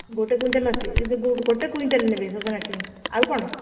ଗୋଟିଏ କୁଇଣ୍ଟାଲ ଆସିବ ଗୋଟିଏ କୁଇଣ୍ଟାଲ ନେବେ ସଜନା ଛୁଇଁ ଆଉ କଣ